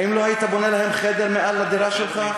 האם לא היית בונה להם חדר מעל לדירה שלך?